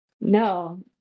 No